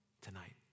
tonight